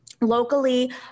Locally